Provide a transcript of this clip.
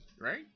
right